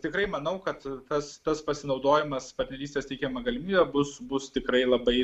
taip bus tikrai manau kad tas tas pasinaudojimas partnerystės teikiama galimybe bus bus tikrai labai